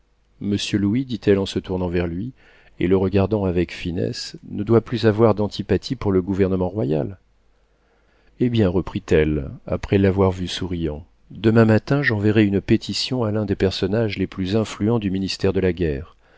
monsieur louis dit-elle en se tournant vers lui et le regardant avec finesse ne doit plus avoir d'antipathie pour le gouvernement royal eh bien reprit-elle après l'avoir vu souriant demain matin j'enverrai une pétition à l'un des personnages les plus influents du ministère de la guerre